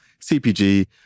CPG